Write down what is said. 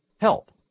help